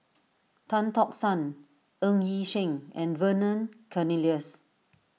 Tan Tock San Ng Yi Sheng and Vernon Cornelius